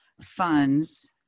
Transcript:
funds